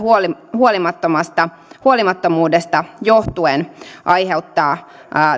huolimattomuudesta huolimattomuudesta johtuen aiheuttaa